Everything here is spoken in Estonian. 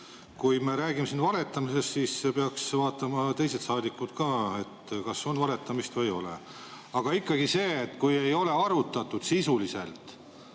kui me räägime siin valetamisest, siis peaks vaatama ka teised saadikud, kas on valetamist või ei ole. Aga ikkagi see, et ei ole arutatud sisuliselt,